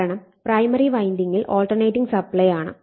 കാരണം പ്രൈമറി വൈൻഡിങ്ങിൽ alternating supply ആണ്